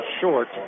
short